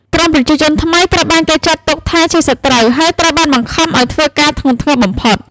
ក្រុមប្រជាជនថ្មីត្រូវបានគេចាត់ទុកថាជា "សត្រូវ" ហើយត្រូវបានបង្ខំឱ្យធ្វើការធ្ងន់ធ្ងរបំផុត។